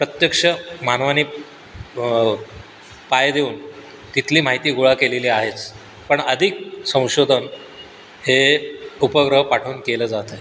प्रत्यक्ष मानवाने पाय देऊन तिथली माहिती गोळा केलेली आहेच पण अधिक संशोधन हे उपग्रह पाठवून केलं जातं आहे